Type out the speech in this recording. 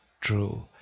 true